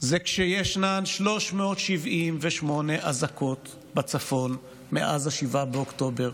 זה שישנן 378 אזעקות בצפון מאז 7 באוקטובר,